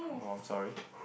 oh I'm sorry